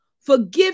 Forgive